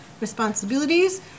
responsibilities